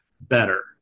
better